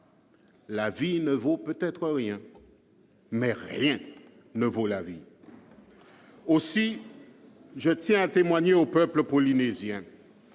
Une vie ne vaut rien, mais rien ne vaut une vie. » Aussi, je tiens à témoigner au peuple polynésien